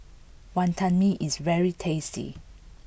Wantan Mee is very tasty